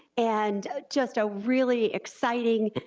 and just a really exciting,